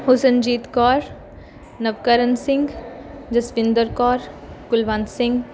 Husanjeet Kaur Navkaran Singh Jaswinder Kaur Kulwant Singh Lovleen Kaur